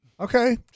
Okay